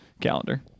calendar